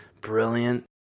brilliant